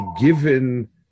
given